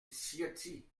ciotti